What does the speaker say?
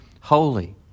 holy